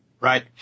right